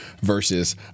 versus